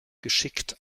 geschickt